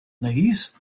knees